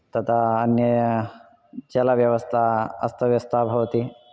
तथा अन्य जलव्यवस्था अस्तव्यस्ता भवति